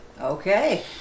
Okay